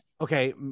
okay